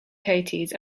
coatis